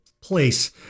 place